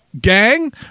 Gang